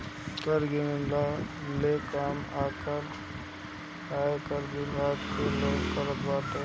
कर गिनला ले काम आयकर विभाग के लोग करत बाटे